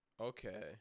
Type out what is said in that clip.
Okay